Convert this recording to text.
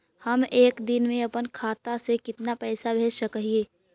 हम एक दिन में अपन खाता से कितना पैसा भेज सक हिय?